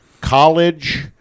college